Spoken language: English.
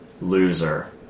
loser